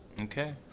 Okay